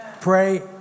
pray